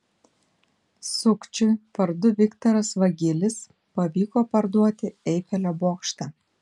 sukčiui vardu viktoras vagilis pavyko parduoti eifelio bokštą